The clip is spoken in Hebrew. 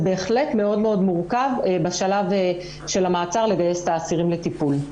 זה בהחלט מאוד מאוד מורכב בשלב של המעצר לגייס את האסירים לטיפול.